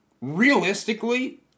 Realistically